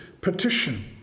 petition